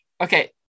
Okay